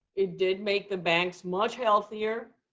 it did make the banks much healthier.